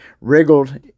wriggled